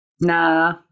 Nah